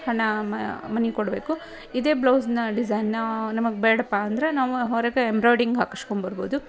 ಹಣ ಮನಿ ಕೊಡಬೇಕು ಇದೇ ಬ್ಲೌಸ್ನ ಡಿಝೈನ್ನ್ನ ನಮಗೆ ಬೇಡಪ್ಪ ಅಂದರೆ ನಾವು ಹೊರಗೆ ಎಂಬ್ರಾಡಿಂಗ್ ಹಾಕುಸ್ಕೊಂಬರ್ಬೋದು